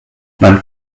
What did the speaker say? man